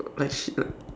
like shit ah